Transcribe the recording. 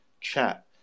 chat